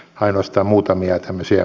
aidosta muutamia tammisia